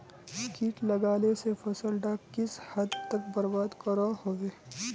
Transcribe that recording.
किट लगाले से फसल डाक किस हद तक बर्बाद करो होबे?